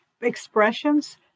expressions